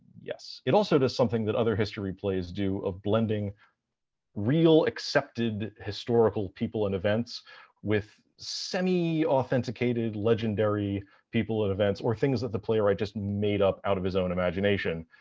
yes, it also does something that other history plays do of blending real accepted historical people and events with semi authenticated legendary people and events or things that the playwright just made up out of his own imagination.